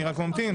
אני רק ממתין.